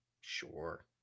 sure